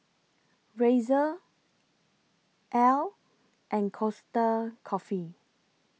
Razer Elle and Costa Coffee